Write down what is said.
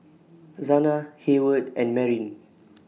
Zana Heyward and Marin